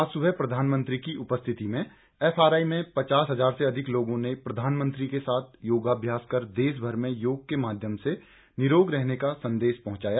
आज सुबह प्रधानमंत्री की उपस्थिति में एफ आर आई में पचास हजार से ज्यादा लोगों ने प्रधानमंत्री के साथ योगाभ्यास कर देशभर में योग के माध्यम से निरोग रहने का संदेश पहुंचाया